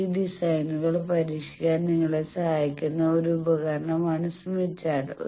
ഈ ഡിസൈനുകൾ പരീക്ഷിക്കാൻ നിങ്ങളെ സഹായിക്കുന്ന ഒരു ഉപകരണമാണ് സ്മിത്ത് ചാർട്ട്